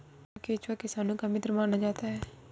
क्या केंचुआ किसानों का मित्र माना जाता है?